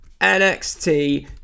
nxt